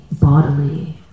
bodily